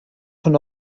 von